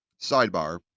Sidebar